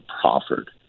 proffered